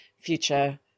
future